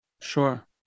Sure